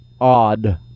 odd